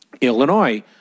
Illinois